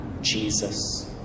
Jesus